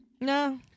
no